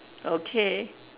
okay